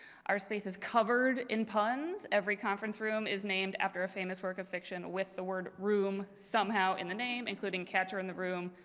our space is covered in puns. every conference room is named after a famous work of fiction with the word room, somehow in the name including cats are in the room,